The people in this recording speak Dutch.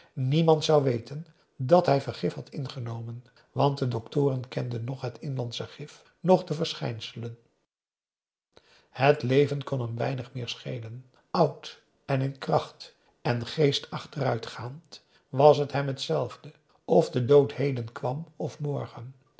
niemand zou weten dat hij vergif had ingenomen want de doctoren kenden noch het inlandsche gif noch de verschijnselen het leven kon hem weinig meer schelen oud en in kracht en geest achteruit gaand was het hem hetzelfde of de dood heden kwam of morgen